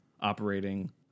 operating